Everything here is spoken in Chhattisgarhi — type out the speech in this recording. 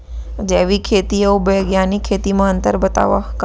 जैविक खेती अऊ बैग्यानिक खेती म अंतर बतावा?